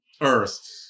Earth